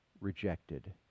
Rejected